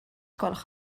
gwelwch